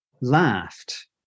laughed